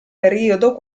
periodo